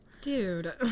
Dude